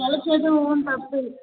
தொலைச்சது உன் தப்பு